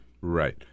right